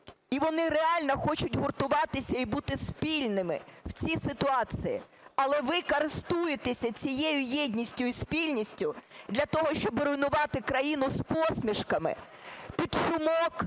і вони реально хочуть гуртуватися і бути спільними в цій ситуації. Але ви користуєтеся цією єдністю і спільністю для того, щоб руйнувати країну з посмішками, під шумок,